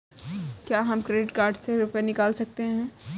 क्या हम credit card से रुपये निकाल सकते हैं?